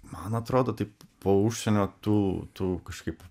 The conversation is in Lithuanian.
man atrodo taip po užsienio tų tų kažkaip